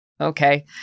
Okay